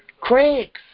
Craig